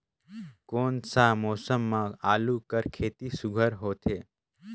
कोन सा मौसम म आलू कर खेती सुघ्घर होथे?